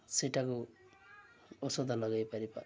ସେଇଟାକୁ ଔଷଧ ଲଗାଇ ପାରିିବା